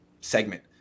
segment